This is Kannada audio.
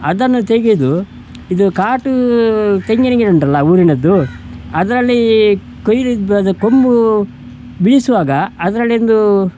ಅದನ್ನು ತೆಗೆದು ಇದು ಕಾಟು ತೆಂಗಿನ ಗಿಡ ಉಂಟಲ್ಲ ಊರಿನದ್ದು ಅದ್ರಲ್ಲಿ ಕೊಯ್ದಿದ್ದು ಬ ಅದು ಕೊಂಬು ಬೀಸುವಾಗ ಅದರಲ್ಲೊಂದು